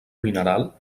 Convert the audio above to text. mineral